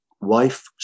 wife